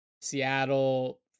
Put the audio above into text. Seattle